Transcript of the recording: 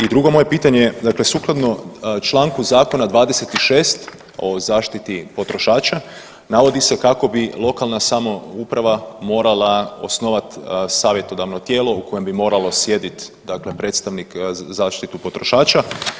I drugo moje pitanje, dakle sukladno čl. zakona 26 o zaštiti potrošača, navodi se kako bi lokalna samouprava morala osnovati savjetodavno tijelo u kojem bi moralo sjediti dakle predstavnik za zaštitu potrošača.